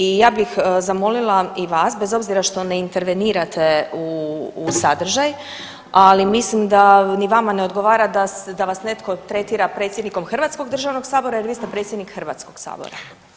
I ja bih zamolila i vas bez obzira što ne intervenirate u sadržaj, ali mislim da ni vama ne odgovara da vas netko tretira predsjednikom Hrvatskog državnog sabora, jer vi ste predsjednik Hrvatskog sabora.